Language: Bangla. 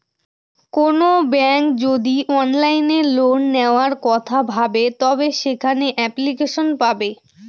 কোনো ব্যাঙ্ক যদি অনলাইনে লোন নেওয়ার কথা ভাবে তবে সেখানে এপ্লিকেশন পাবে